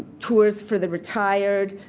tours for the retired,